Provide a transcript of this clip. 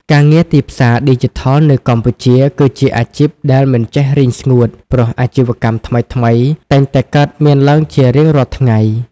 ការងារទីផ្សារឌីជីថលនៅកម្ពុជាគឺជាអាជីពដែលមិនចេះរីងស្ងួត ព្រោះអាជីវកម្មថ្មីៗតែងតែកើតមានឡើងជារៀងរាល់ថ្ងៃ។